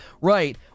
right